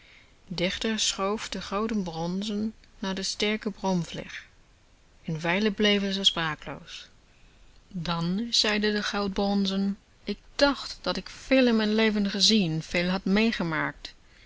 schoof de goud bronzen naar de sterke bromvlieg een wijle bleven ze sprakeloos dan zeide de goud bronzen ik dacht dat ik veel in m'n leven gezien veel had meegemaakt